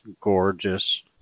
gorgeous